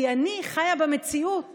כי אני חיה במציאות